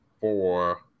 four